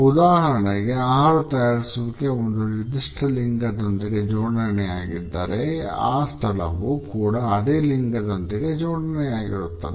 ಉದಾಹರಣೆಗೆ ಆಹಾರ ತಯಾರಿಸುವಿಕೆ ಒಂದು ನಿರ್ದಿಷ್ಟ ಲಿಂಗದೊಂದಿಗೆ ಜೋಡಣೆಯಾಗಿದ್ದರೆ ಆ ಸ್ಥಳವು ಕೂಡ ಅದೇ ಲಿಂಗದೊಂದಿಗೆ ಜೋಡಣೆಯಾಗಿರುತ್ತದೆ